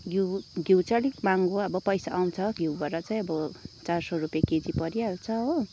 घिउ घिउ चाहिँ अलिक महँगो अब पैसा आउँछ घिउबाट चाहिँ अब चार सौ रुपियाँ केजी परिहाल्छ हो